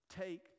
take